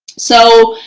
so